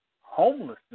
homelessness